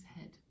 head